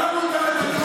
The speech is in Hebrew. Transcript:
חבר הכנסת אשר.